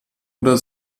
oder